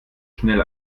schnell